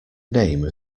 name